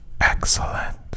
excellent